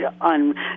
on